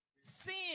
Sin